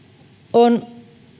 on